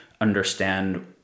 understand